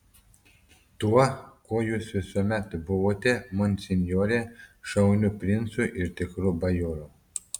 tuo kuo jūs visuomet buvote monsinjore šauniu princu ir tikru bajoru